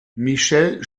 michelle